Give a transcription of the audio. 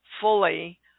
fully